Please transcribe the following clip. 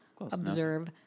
observe